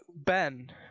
Ben